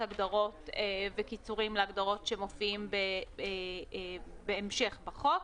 הגדרות וקיצורים שמופיעים בהמשך בחוק.